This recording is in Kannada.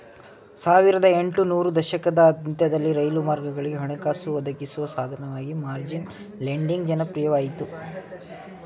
ಸಾವಿರದ ಎಂಟು ನೂರು ದಶಕದ ಅಂತ್ಯದಲ್ಲಿ ರೈಲು ಮಾರ್ಗಗಳಿಗೆ ಹಣಕಾಸು ಒದಗಿಸುವ ಸಾಧನವಾಗಿ ಮಾರ್ಜಿನ್ ಲೆಂಡಿಂಗ್ ಜನಪ್ರಿಯವಾಯಿತು